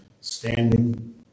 standing